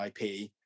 IP